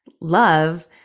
love